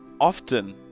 often